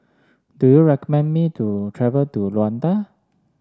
do you recommend me to travel to Luanda